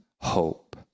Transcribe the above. hope